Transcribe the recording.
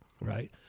right